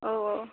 औ औ